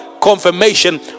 confirmation